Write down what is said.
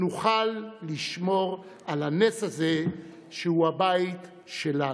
נוכל לשמור על הנס הזה, שהוא הבית שלנו.